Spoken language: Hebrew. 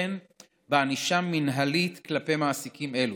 וכן ענישה מינהלית כלפי מעסיקים אלו.